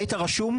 היית רשום?